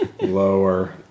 Lower